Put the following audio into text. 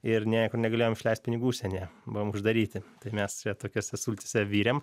ir niekur negalėjom išleist pinigų užsienyje buvom uždaryti tai mes tokiose sultyse virėm